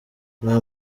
nta